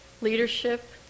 leadership